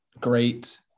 great